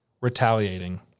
retaliating